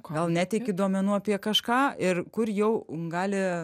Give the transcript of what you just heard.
kodėl neteiki duomenų apie kažką ir kur jau gali